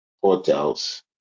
hotels